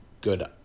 good